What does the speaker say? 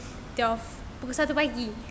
twelve pukul satu pagi